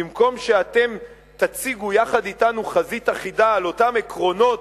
במקום שאתם תציגו יחד אתנו חזית אחידה על אותם עקרונות,